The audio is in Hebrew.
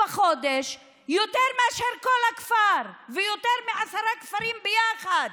בחודש מאשר כל הכפר ויותר מעשרה כפרים ביחד.